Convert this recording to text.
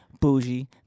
bougie